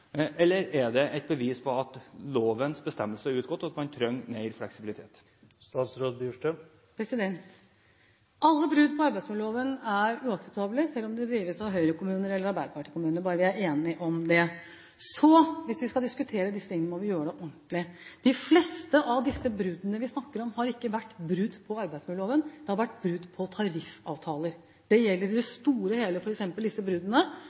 eller er det et bevis på at lovens bestemmelser er utgått, og at man trenger mer fleksibilitet? Alle brudd på arbeidsmiljøloven er uakseptable, enten det gjelder Høyre-kommuner eller Arbeiderparti-kommuner – bare så vi er enige om det. Hvis vi skal diskutere disse tingene, må vi gjøre det ordentlig. De fleste av disse bruddene vi snakker om, har ikke vært brudd på arbeidsmiljøloven, det har vært brudd på tariffavtaler. Det gjelder i det store og det hele, f.eks. disse bruddene